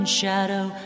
shadow